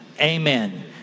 amen